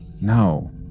No